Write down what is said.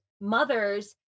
mothers